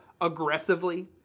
aggressively